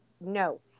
no